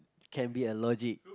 can be a logic